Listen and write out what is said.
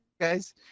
guys